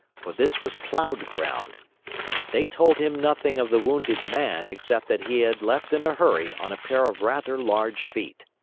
for this was plowed ground but they told him nothing of the wounded man except that he had left in a hurry on a pair of rather large feet.